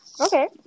Okay